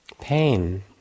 pain